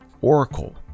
Oracle